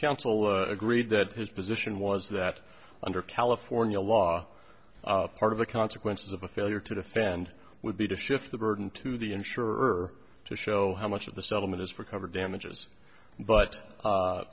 counsel agreed that his position was that under california law part of the consequences of a failure to defend would be to shift the burden to the insurer to show how much of the settlement is for cover damages but